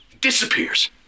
Disappears